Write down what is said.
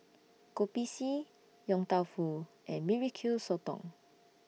Kopi C Yong Tau Foo and B B Q Sotong